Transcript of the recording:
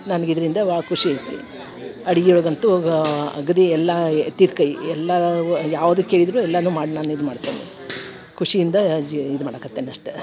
ನನ್ಗೆ ಇದರಿಂದ ಭಾಳ ಖುಷಿ ಐತಿ ಅಡ್ಗೆ ಒಳಗಂತೂ ಗಾ ಅಗದಿ ಎಲ್ಲ ಎತ್ತಿದ ಕೈ ಎಲ್ಲ ಯಾವುದು ಕೇಳಿದರೂ ಎಲ್ಲನು ಮಾಡಿ ನಾನು ಇದು ಮಾಡ್ತೇನೆ ಖುಷಿಯಿಂದ ಇ ಇದು ಮಾಡಕತ್ತೇನೆ ಅಷ್ಟೇ